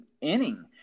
inning